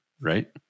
right